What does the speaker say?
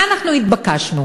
מה אנחנו התבקשנו?